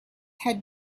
had